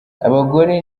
abagore